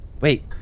Wait